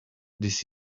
this